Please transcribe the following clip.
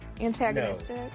antagonistic